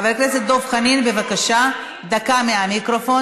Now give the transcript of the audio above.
חבר הכנסת דב חנין, בבקשה, דקה מהמיקרופון.